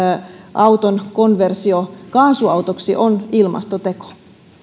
auton konversio kaasuautoksi on ilmastoteko